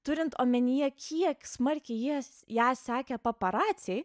turint omenyje kiek smarkiai jas ją sekė paparaciai